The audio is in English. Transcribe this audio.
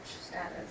status